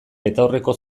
betaurreko